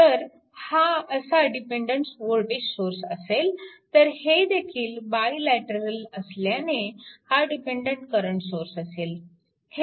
तर हा असा डिपेन्डन्ट वोल्टेज सोर्स असेल तर हेदेखील बायलॅटरल असल्याने हा डिपेन्डन्ट करंट सोर्स असेल